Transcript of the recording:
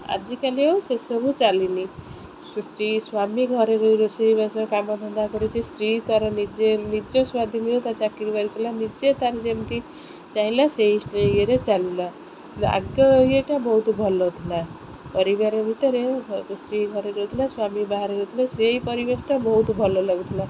ଆଜିକାଲି ଆଉ ସେସବୁ ଚାଲିନି ସ୍ତ୍ରୀ ସ୍ୱାମୀ ଘରେ ରୋଷେଇବାସ କାମ ଧନ୍ଦା କରୁଛି ସ୍ତ୍ରୀ ତା'ର ନିଜେ ନିଜ ସ୍ଵାଧୀନୀୟ ତା ଚାକିରି ବାହାରିପଡ଼ିଲା ନିଜେ ତା'ର ଯେମିତି ଚାହିଁଲା ସେଇ ଇଏରେ ଚାଲିଲା ଆଗ ଇଏଟା ବହୁତ ଭଲ ଥିଲା ପରିବାର ଭିତରେ ସ୍ତ୍ରୀ ଘରେ ରହୁଥିଲା ସ୍ୱାମୀ ବାହାରେ ରହୁଥିଲା ସେଇ ପରିବେଶଟା ବହୁତ ଭଲ ଲାଗୁଥିଲା